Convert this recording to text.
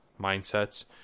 mindsets